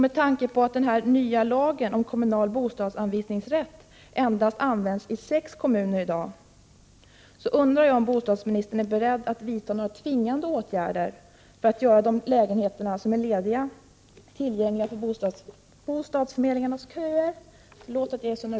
Med tanke på att den nya lagen om kommunal bostadsanvisningsrätt endast tillämpas i sex kommuner i dag undrar jag om bostadsministern är beredd att vidta några tvingande åtgärder för att göra så att de bostadslägenheter som är lediga blir tillgängliga för bostadsförmedlingarnas köer.